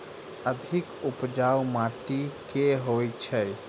अधिक उपजाउ माटि केँ होइ छै?